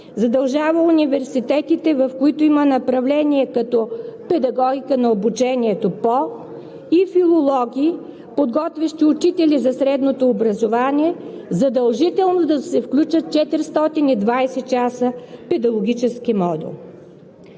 задължава университетите, в които има направление като „Педагогика на обучението по…“ и филологии, подготвящи учители за средното образование, задължително да се включат 420 часа педагогически модул.